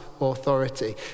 authority